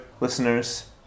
listeners